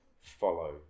Follow